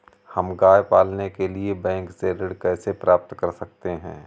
हम गाय पालने के लिए बैंक से ऋण कैसे प्राप्त कर सकते हैं?